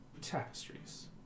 tapestries